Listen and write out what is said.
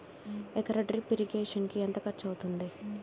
ఎకర drip irrigation కి ఎంత ఖర్చు అవుతుంది?